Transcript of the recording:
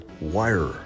wire